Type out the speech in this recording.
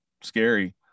scary